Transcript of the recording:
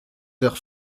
heures